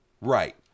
Right